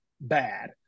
bad